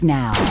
now